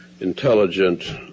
intelligent